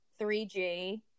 3G